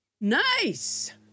Nice